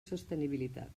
sostenibilitat